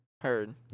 Heard